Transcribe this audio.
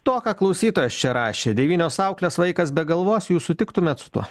to ką klausytojas čia rašė devynios auklės vaikas be galvos jūs sutiktumėt su tuo